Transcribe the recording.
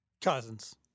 Cousins